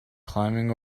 climbing